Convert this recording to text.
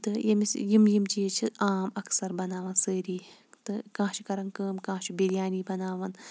تہٕ ییٚمِس یِم یِم چیٖز چھِ عام اَکثَر بَناوان سٲری تہٕ کانٛہہ چھُ کَران کٲم کانٛہہ چھُ بِریانی بَناوان